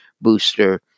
booster